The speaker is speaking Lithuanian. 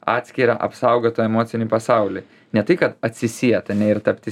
atskirą apsaugotą emocinį pasaulį ne tai kad atsisiet ane ir tapti